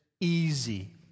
easy